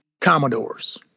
Commodores